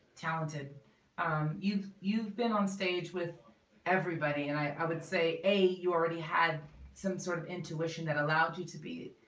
talented um you've you've been on stage with everybody and i would say hey, you already had some sort of intuition that allowed you to be